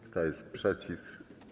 Kto jest przeciw?